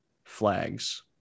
flags